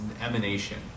emanation